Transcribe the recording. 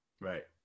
Right